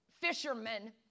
fishermen